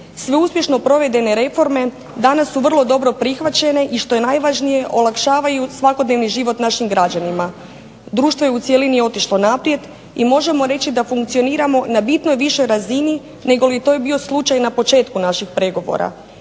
sve uspješno provedene reforme danas su vrlo dobro prihvaćene i što je najvažnije olakšavaju svakodnevni život našim građanima. Društvo je u cjelini otišlo naprijed i možemo reći da funkcioniramo na bitno višoj razini negoli je to bio slučaj na početku naših pregovora.